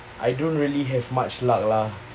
I don't really have much luck lah